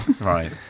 Right